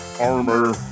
Armor